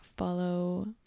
follow